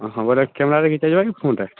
ଓହୋ କ୍ୟାମେରାରେ ଘିଚା ଯିବାକି ଫୋନ୍ରେ